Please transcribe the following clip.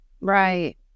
Right